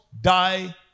Die